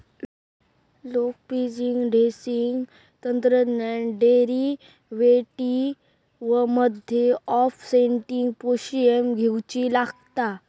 लोकप्रिय हेजिंग तंत्रात डेरीवेटीवमध्ये ओफसेटिंग पोझिशन घेउची लागता